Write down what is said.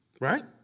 Right